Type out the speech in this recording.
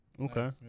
Okay